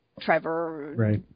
Trevor